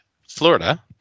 Florida